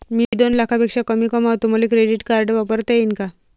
मी दोन लाखापेक्षा कमी कमावतो, मले क्रेडिट कार्ड वापरता येईन का?